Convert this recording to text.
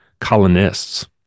colonists